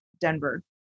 Denver